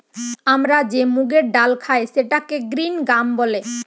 আমরা যে মুগের ডাল খাই সেটাকে গ্রিন গ্রাম বলে